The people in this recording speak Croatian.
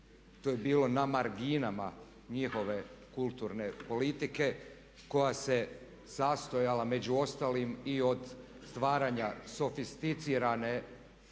To je bilo na marginama njihove kulturne politike koja se sastojala među ostalim i od stvaranja sofisticirane